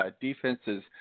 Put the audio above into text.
defenses